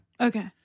Okay